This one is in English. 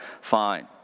fine